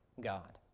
God